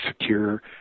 secure